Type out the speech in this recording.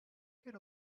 get